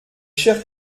chers